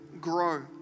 grow